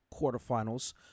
quarterfinals